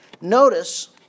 Notice